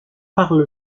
parle